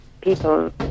people